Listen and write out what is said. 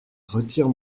retire